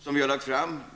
som vi har avgivit.